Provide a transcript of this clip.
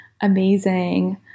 amazing